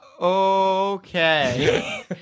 Okay